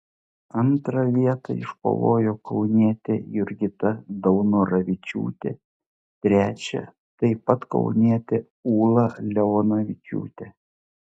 antrą vietą iškovojo kaunietė jurgita daunoravičiūtė trečią taip pat kaunietė ūla leonavičiūtė